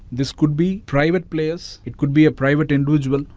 this could be private players, it could be a private individual,